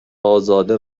ازاده